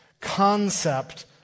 concept